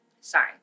sorry